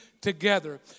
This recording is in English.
together